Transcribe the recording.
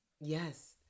Yes